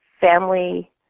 family